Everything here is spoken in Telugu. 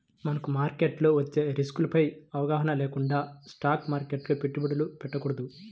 మనకు మార్కెట్లో వచ్చే రిస్కులపై అవగాహన లేకుండా స్టాక్ మార్కెట్లో పెట్టుబడులు పెట్టకూడదు